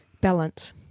balance